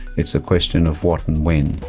it's a question of what and when.